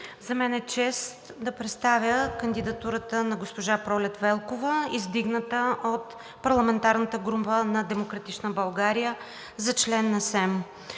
За мен е чест да представя кандидатурата на госпожа Пролет Велкова, издигната от парламентарната група на „Демократична България“ за член на СЕМ.